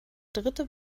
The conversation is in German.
dritte